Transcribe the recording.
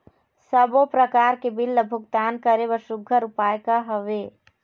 सबों प्रकार के बिल ला भुगतान करे बर सुघ्घर उपाय का हा वे?